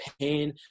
pain